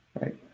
right